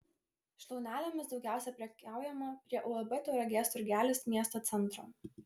šlaunelėmis daugiausiai prekiaujama prie uab tauragės turgelis miesto centro